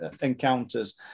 encounters